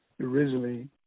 Originally